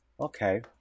okay